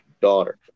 daughter